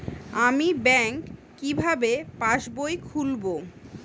আমি ব্যাঙ্ক কিভাবে পাশবই খুলব?